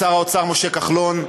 לשר האוצר משה כחלון,